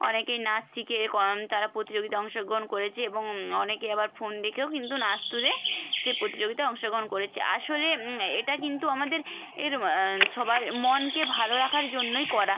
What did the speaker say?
অনেকেই নাচ শিখে কম তারা প্রতিযোগিতায় অংশগ্রহণ করেছে এবং অনেকে আবার ফোন দেখেও কিন্তু নাচ তুলে সেই প্রতিযোগিতায় অংশগ্রহণ করেছে আসলে এটা কিন্তু আমাদের এর সবার মনকে ভালো রাখার জন্যই করা